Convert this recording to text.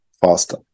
faster